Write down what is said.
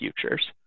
future's